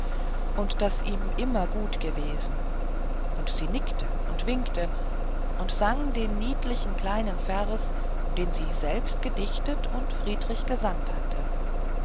und das ihm immer gut gewesen und sie nickte und winkte und sang den niedlichen kleinen vers den sie selbst gedichtet und friedrich gesandt hatte